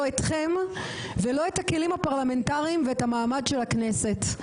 לא אתכם ולא את הכלים הפרלמנטרים ואת המעמד של הכנסת.